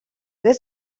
des